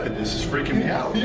and this is freaking me out.